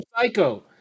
psycho